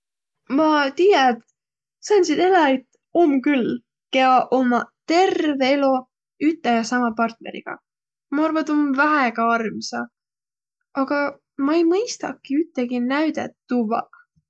Ma tiiä, et sääntsit eläjit om küll, kiä ommaq terve elo üte ja sama partneriga. Ma arva, tuu om väega armsa, aga ma ei mõistaki üttegi näüdet tuvvaq.